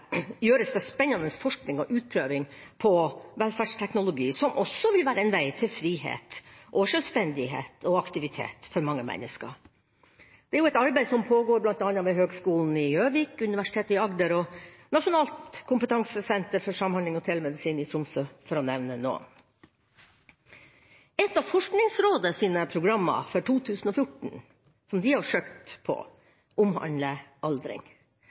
gjøres det spennende forskning og utprøving på velferdsteknologi, som også vil være en vei til frihet, sjølstendighet og aktivitet for mange mennesker. Det er jo et arbeid som bl.a. pågår ved Høgskolen i Gjøvik, Universitetet i Agder og ved Nasjonalt senter for samhandling og telemedisin i Tromsø – for å nevne noen. Et av Forskningsrådets programmer for 2014, som de har søkt på, omhandler aldring